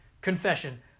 Confession